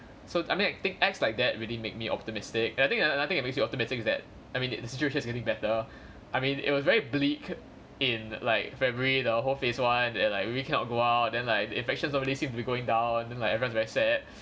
so I mean I think acts like that really make me optimistic I think I I think another thing that makes me optimistic is that I mean the situation is getting better I mean it was very bleak in like february the whole phase one and like really cannot go out then like infections not really seem to be going down then like everyone very sad